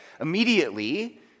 Immediately